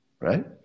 Right